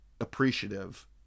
appreciative